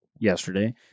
yesterday